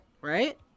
right